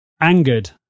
angered